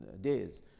days